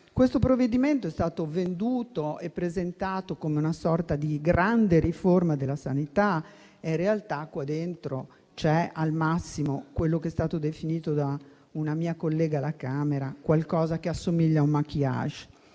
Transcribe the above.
Questo provvedimento è stato venduto e presentato come una sorta di grande riforma della sanità; in realtà dentro c'è al massimo - come detto da una mia collega alla Camera - qualcosa che assomiglia ad un *maquillage*.